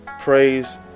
praise